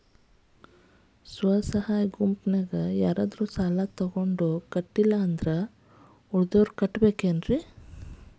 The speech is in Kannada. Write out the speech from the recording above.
ಸ್ವ ಸಹಾಯ ಗುಂಪಿನ್ಯಾಗ ಯಾರಾದ್ರೂ ಸಾಲ ತಗೊಂಡು ಕಟ್ಟಿಲ್ಲ ಅಂದ್ರ ಉಳದೋರ್ ಕಟ್ಟಬೇಕೇನ್ರಿ?